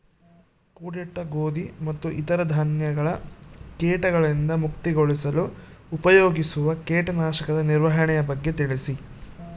ಕೂಡಿಟ್ಟ ಗೋಧಿ ಮತ್ತು ಇತರ ಧಾನ್ಯಗಳ ಕೇಟಗಳಿಂದ ಮುಕ್ತಿಗೊಳಿಸಲು ಉಪಯೋಗಿಸುವ ಕೇಟನಾಶಕದ ನಿರ್ವಹಣೆಯ ಬಗ್ಗೆ ತಿಳಿಸಿ?